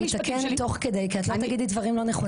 אני אתקן תוך כדי כי את לא תגידי דברים לא נכונים.